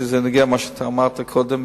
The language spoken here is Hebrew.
כי זה נוגע למה שאתה אמרת קודם,